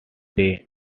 day